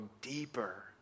deeper